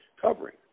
covering